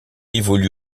évolue